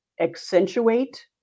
accentuate